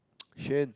Xuan